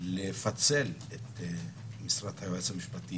לפצל את משרת היועץ המשפטי?